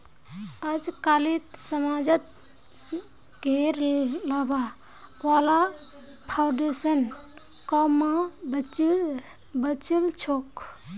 अजकालित समाजत गैर लाभा वाला फाउन्डेशन क म बचिल छोक